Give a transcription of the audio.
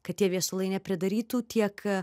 kad tie viesulai nepridarytų tiek